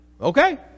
okay